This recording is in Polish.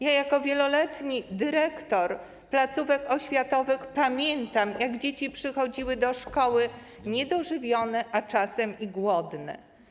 Jako wieloletni dyrektor placówek oświatowych pamiętam, jak dzieci przychodziły do szkoły niedożywione, a czasem i głodne.